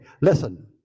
listen